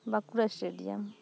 Bankura stadium